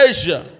Asia